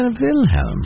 Wilhelm